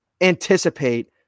anticipate